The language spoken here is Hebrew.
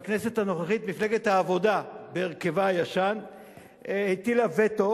בכנסת הנוכחית מפלגת העבודה בהרכבה הישן הטילה וטו,